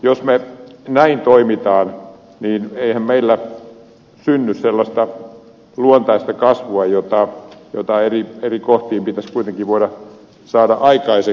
jos me näin toimimme niin eihän meillä synny sellaista luontaista kasvua jota eri kohtiin pitäisi kuitenkin voida saada aikaiseksi